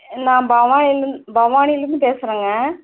நான் பவானியில பவானிலேந்து பேசுறங்க